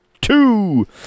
two